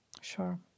Sure